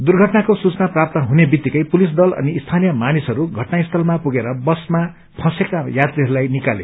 दुर्घटनाको सूचना प्राप्त हुने वित्तिकै पुलिस दल अनि स्थानीय मानिसहरू घटनास्थलमा पुगेर बस्ता फँसेका यात्रीहरूलाई निकाले